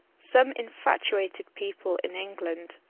some infatuated people in england,